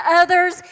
others